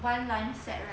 one lunch set right